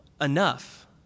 enough